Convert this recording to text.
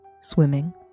swimming